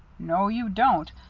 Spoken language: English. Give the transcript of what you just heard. no you don't.